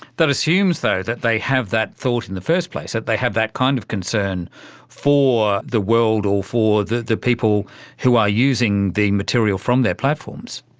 that assumes though that they have that thought in the first place, that they have that kind of concern for the world or for the the people who are using the material from their platforms.